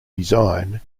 design